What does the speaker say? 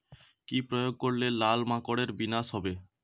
কি প্রয়োগ করলে লাল মাকড়ের বিনাশ হবে?